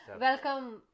Welcome